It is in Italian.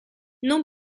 non